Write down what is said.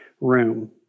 room